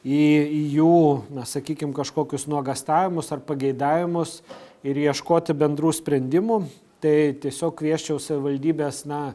į jų na sakykim kažkokius nuogąstavimus ar pageidavimus ir ieškoti bendrų sprendimų tai tiesiog kviesčiau savivaldybes na